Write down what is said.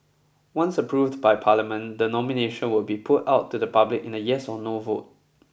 once approved by parliament the nomination will be put out to the public in a yes or no vote